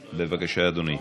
בבקשה, אדוני.